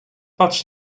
patrz